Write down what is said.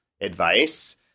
advice